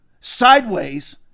sideways